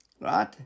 Right